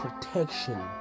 protection